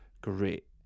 great